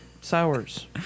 Sours